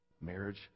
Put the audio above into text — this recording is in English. marriage